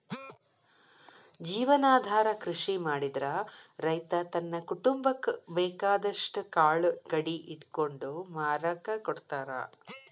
ಜೇವನಾಧಾರ ಕೃಷಿ ಮಾಡಿದ್ರ ರೈತ ತನ್ನ ಕುಟುಂಬಕ್ಕ ಬೇಕಾದಷ್ಟ್ ಕಾಳು ಕಡಿ ಇಟ್ಕೊಂಡು ಮಾರಾಕ ಕೊಡ್ತಾರ